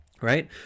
right